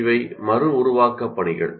இவை மறு உருவாக்கம் பணிகள்